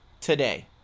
today